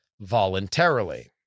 voluntarily